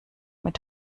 mit